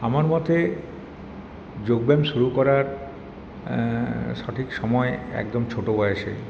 আমার মতে যোগ ব্যায়াম শুরু করার সঠিক সময় একদম ছোটো বয়সে